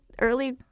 early